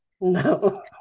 No